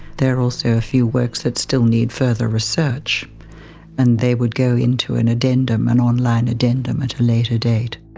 there are also a few works that still need further research and they would go into an addendum, an online addendum at a later date.